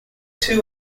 two